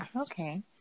Okay